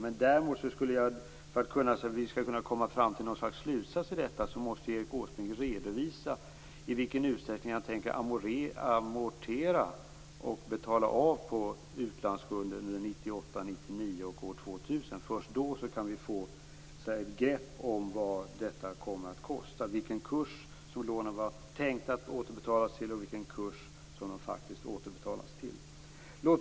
Men för att vi skall kunna komma fram till någon slags slutsats måste ju Erik Åsbrink redovisa i vilken utsträckning han tänker amortera och betala av på utlandsskulden under åren 1998, 1999 och 2000. Först då kan vi få ett grepp om vad detta kommer att kosta, vilken kurs lånen var tänkta att återbetalas till och vilken kurs som de faktiskt återbetalas till.